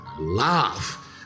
laugh